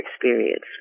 experience